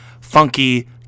funky